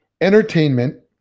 Entertainment